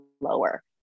lower